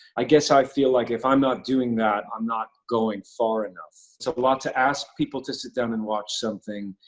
i guess i feel like if i'm not doing that, i'm not going far enough. it's a lot to ask people to sit down and watch something.